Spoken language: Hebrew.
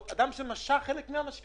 לאדם שמשך רק חלק מהמשכנתא